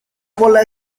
bola